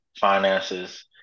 finances